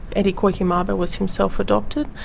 eddie koiku mabo was himself adopted,